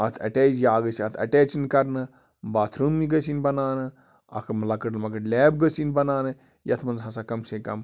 اَتھ اَٹیچ یا گٔژھۍ اَتھ اَٹیچ یِنۍ کَرنہٕ باتھ روٗم گٔژھ یِنۍ بناونہٕ اَکھ مہٕ لۄکٕٹ مۄکٕٹ لیب گٔژھ یِنۍ بَناونہٕ یَتھ منٛز ہَسا کَم سے کَم